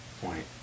point